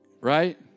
right